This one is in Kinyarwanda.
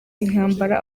intambara